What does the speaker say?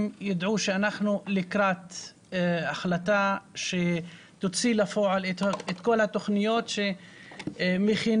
יידעו שאנחנו לקראת החלטה שתוציא לפועל את כול התוכניות שמכינים.